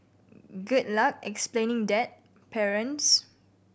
good luck explaining that parents